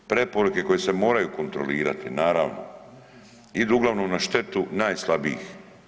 Preporuke koje se moraju kontrolirati naravno, idu uglavnom na štetu najslabijih.